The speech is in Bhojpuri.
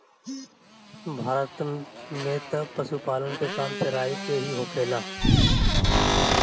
भारत में तअ पशुपालन के काम चराई पे ही होखेला